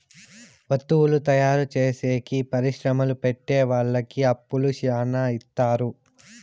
వత్తువుల తయారు చేసేకి పరిశ్రమలు పెట్టె వాళ్ళకి అప్పు శ్యానా ఇత్తారు